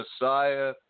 Messiah